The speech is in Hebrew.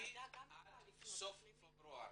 ההקפאה עד סוף פברואר.